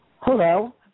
Hello